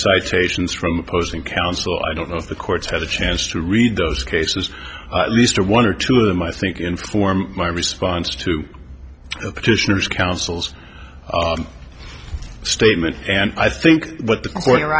citations from opposing counsel i don't know if the courts had a chance to read those cases at least one or two of them i think inform my response to the petitioners counsel's statement and i think what the